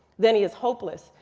then he is hopeless.